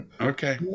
okay